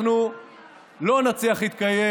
אנחנו לא נצליח להתקיים